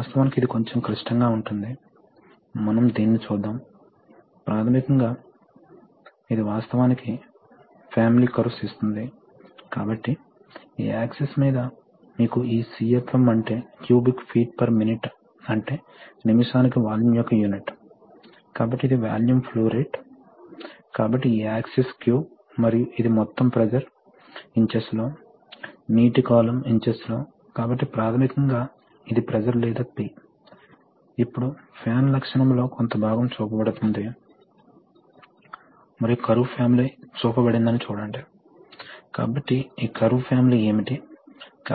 control systems చాలా application ఉంటుంది అదేవిధంగా నిర్వహణ సులభం వాస్తవానికి హైడ్రాలిక్ సిస్టమ్స్ లో ఆయిల్ లో లీక్ ఉంటే అది పెద్ద నిర్వహణ తలనొప్పి అప్పుడు మొదట మీరు ఖరీదైన ఆయిల్ ను కోల్పోతారు రెండవది సాధారణ పర్యావరణాన్ని సృష్టించడం ఒక సమస్య మూడవది దీనికి మండే స్వభావం ఉంటుంది అయితే న్యుమాటిక్ లో అక్కడ చిన్న చిన్న లీక్ లు ఉన్నా అవి ఒక రకమైన అనివార్యమైనవి ఒక లీక్ ఎల్లప్పుడూ ప్రెషర్ ని కోల్పోయేలా చేస్తుంది అందువల్ల కొంత శక్తిని కోల్పోతుంది ఆ లీక్ యొక్క పరిణామాలు తక్కువగా ఉంటాయి మరియు అందువల్ల నిర్వహణ అంత కఠినంగా ఉండవలసిన అవసరం లేదు కాబట్టి నిర్వహణ సాధారణంగా కొద్దిగా సులభం